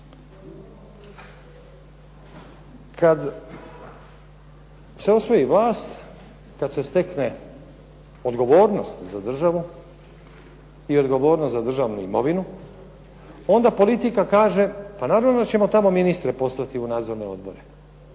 Kad se osvoji vlast, kad se stekne odgovornost za državu i odgovornost za državnu imovinu onda politika kaže, pa naravno da ćemo tamo ministre poslati u nadzorne odbore.